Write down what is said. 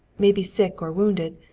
maybe sick or wounded,